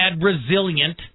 resilient